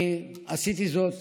אני עשיתי זאת